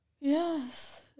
yes